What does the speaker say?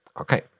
Okay